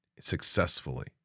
successfully